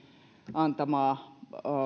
antamaa